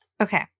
Okay